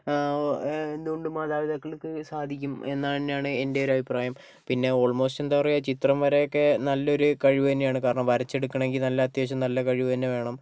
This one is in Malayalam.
എന്ത് കൊണ്ടും മാതാപിതാക്കൾക്ക് സാധിക്കും എന്ന് തന്നെയാണ് എൻ്റെ ഒരു അഭിപ്രായം പിന്നെ ഓൾമോസ്റ്റ് എന്താ പറയുക ചിത്രം വരയൊക്കെ നല്ലൊരു കഴിവ് തന്നെയാണ് കാരണം വരച്ചെടുക്കണമെങ്കിൽ നല്ല അത്യാവശ്യം നല്ല കഴിവ് തന്നെ വേണം